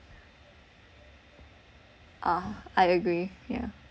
ah I agree yeah